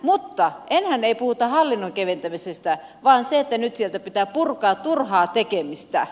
mutta enää ei puhuta hallinnon keventämisestä vaan nyt sieltä pitää purkaa turhaa tekemistä